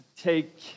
take